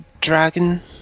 dragon